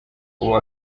ubu